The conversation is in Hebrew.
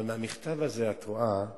אבל מהמכתב הזה את רואה,